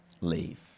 leave